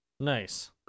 Nice